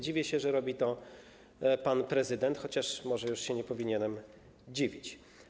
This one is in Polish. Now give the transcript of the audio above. Dziwię się, że robi to pan prezydent, chociaż może już nie powinienem się dziwić.